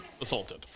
assaulted